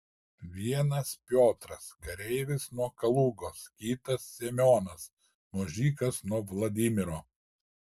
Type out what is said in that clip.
vienas piotras kareivis nuo kalugos kitas semionas mužikas nuo vladimiro